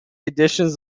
editions